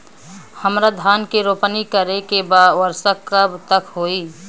हमरा धान के रोपनी करे के बा वर्षा कब तक होई?